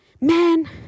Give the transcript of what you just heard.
Man